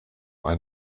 ein